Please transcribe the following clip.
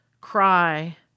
cry